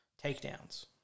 takedowns